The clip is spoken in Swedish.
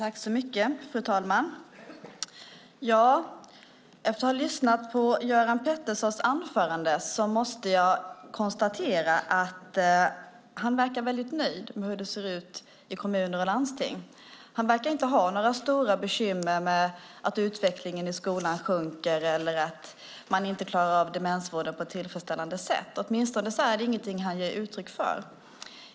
Fru talman! Efter att ha lyssnat på Göran Petterssons anförande konstaterar jag att han verkar nöjd med hur det ser ut i kommuner och landsting. Han verkar inte ha några stora bekymmer med att utvecklingen i skolan sjunker eller att man inte klarar av demensvården på ett tillfredsställande sätt. Åtminstone är det inget han ger uttryck för.